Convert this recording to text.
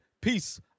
Peace